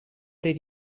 did